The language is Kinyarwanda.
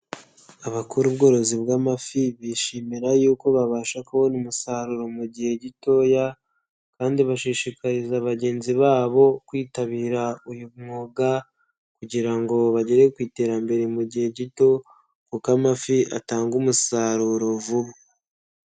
Abakora ubworozi bw'amafi bishimira yuko babasha kubona umusaruro mu gihe gitoya kandi bashishikariza bagenzi babo kwitabira uyu mwuga kugira ngo bagere ku iterambere mu gihe gito kuko amafi atanga umusaruro vuba.